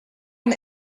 and